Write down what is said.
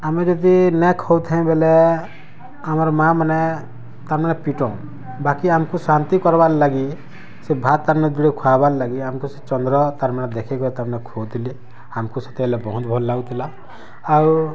ଆମେ ଯଦି ନାଇଁ ଖଉ ଥାଇ ବେଲେ ଆମର୍ ମାଁ ମାନେ ତାର୍ମାନେ ପିଟନ୍ ବାକି ଆମ୍କୁ ଶାନ୍ତି କର୍ବାର୍ ଲାଗି ସେ ଭାତ୍ ତାର୍ମାନେ ଯୁଡେ ଖୁଆବାର୍ ଲାଗି ଆମ୍କୁ ସେ ଚନ୍ଦ୍ର ତାର୍ମାନେ ଦେଖିକରି ତାର୍ମାନେ ଖୁଅଉ ଥିଲେ ଆମ୍କୁ ସେତେବେଲେ ବହୁତ୍ ଭଲ୍ ଲାଗୁଥିଲା ଆଉ